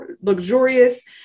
luxurious